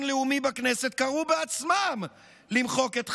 לאומי בכנסת קראו בעצמם למחוק את חווארה,